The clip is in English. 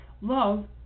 love